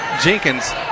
Jenkins